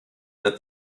that